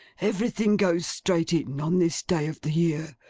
everything goes straight in, on this day of the year.